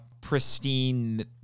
pristine